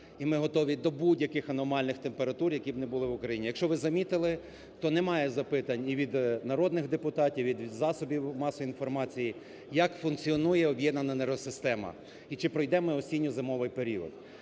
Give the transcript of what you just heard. і ми готові до будь-яких аномальних температур, які б не були в Україні. Якщо ви замітили, то немає запитань ні від народних депутатів, від засобів масової інформації, як функціонує об'єднана енергосистема і чи пройдемо ми осінньо-зимовий період.